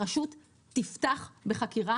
הרשות תפתח בחקירה.